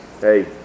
hey